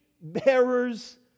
bearers